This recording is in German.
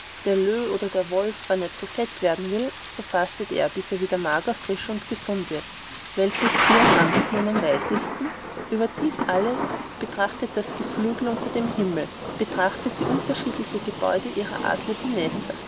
oder wolf wann er zu fett werden will so fastet er bis er wieder mager frisch und gesund wird welches teil handelt nun am weislichsten über dieses alles betrachtet das geflügel unter dem himmel betrachtet die unterschiedliche gebäue ihrer artlichen nester